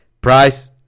Price